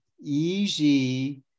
easy